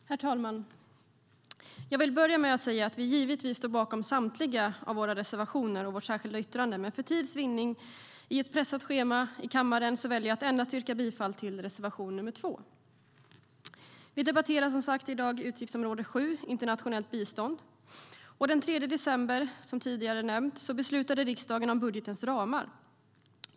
Herr talman! Jag vill börja med att säga att vi givetvis står bakom samtliga våra reservationer och vårt särskilda yttrande, men för tids vinnande i ett pressat schema i kammaren väljer jag att yrka bifall endast till reservation nr 2.Vi debatterar som sagt i dag utgiftsområde 7 Internationellt bistånd. Den 3 december beslutade riksdagen, som tidigare nämnts, om budgetens ramar.